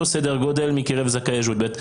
אותו סדר גודל מקרב זכאי השבות.